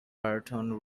burton